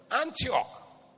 Antioch